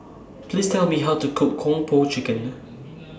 Please Tell Me How to Cook Kung Po Chicken